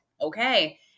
Okay